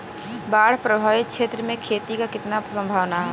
बाढ़ प्रभावित क्षेत्र में खेती क कितना सम्भावना हैं?